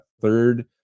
third